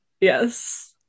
Yes